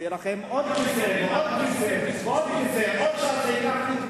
שיהיה לכם עוד כיסא ועוד כיסא ועוד כיסא.